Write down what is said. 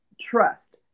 trust